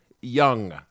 young